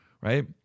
right